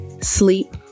sleep